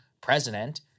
president